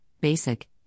basic